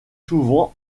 souvent